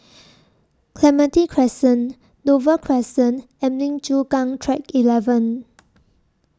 Clementi Crescent Dover Crescent and Lim Chu Kang Track eleven